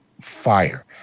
fire